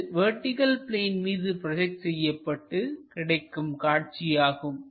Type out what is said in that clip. இது vertical plane மீது project செய்யப்பட்டு கிடைக்கும் காட்சியாகும்